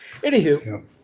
Anywho